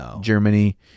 Germany